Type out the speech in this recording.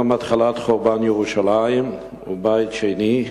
יום התחלת חורבן ירושלים ובית שני,